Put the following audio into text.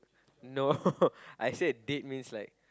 no I said date means like